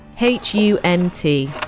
H-U-N-T